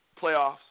playoffs